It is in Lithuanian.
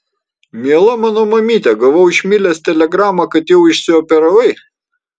miela mano mamyte gavau iš milės telegramą kad jau išsioperavai